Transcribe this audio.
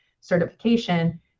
certification